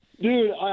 Dude